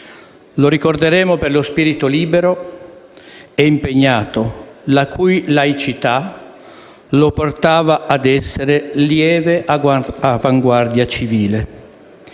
Lo ricorderemo per lo spirito libero e impegnato, la cui laicità lo portava ad essere lieve avanguardia civile.